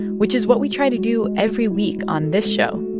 which is what we try to do every week on this show.